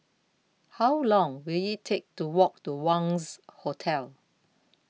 How Long Will IT Take to Walk to Wangz Hotel